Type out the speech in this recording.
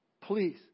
Please